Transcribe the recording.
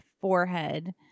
forehead